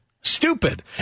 Stupid